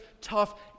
tough